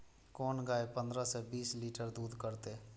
कोन गाय पंद्रह से बीस लीटर दूध करते?